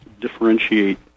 differentiate